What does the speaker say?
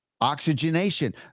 oxygenation